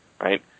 right